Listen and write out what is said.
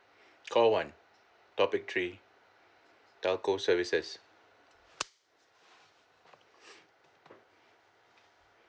call one topic three telco services